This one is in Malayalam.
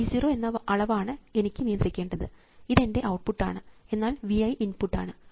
V 0 എന്ന അളവാണ് എനിക്ക് നിയന്ത്രിക്കേണ്ടത് ഇത് എൻറെ ഔട്ട്പുട്ട് ആണ് എന്നാൽ V i ഇൻപുട്ട് ആണ്